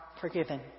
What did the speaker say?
forgiven